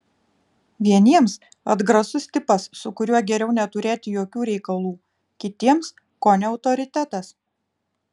vieniems atgrasus tipas su kuriuo geriau neturėti jokių reikalų kitiems kone autoritetas